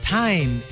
time